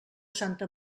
santa